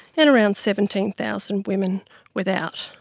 and around seventeen thousand women without.